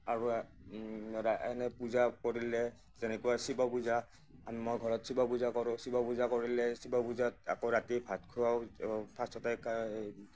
আৰু এনেই পূজা কৰিলে যেনেকুৱা শিৱ পূজা মই ঘৰত শিৱ পূজা কৰোঁ শিৱ পূজা কৰিলে শিৱ পূজাত আকৌ ৰাতি ভাত খোৱাও ফাৰ্ষ্টতে কা এই